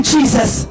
Jesus